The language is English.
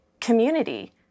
community